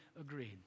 agreed